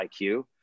IQ